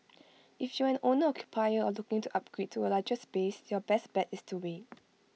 if you are an owner occupier or looking to upgrade to A larger space your best bet is to wait